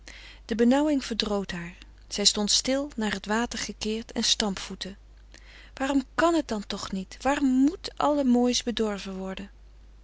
de benauwing verdroot haar zij stond stil naar het water gekeerd en stampvoette waarom kan het dan toch niet waarom moet alle moois bedorven worden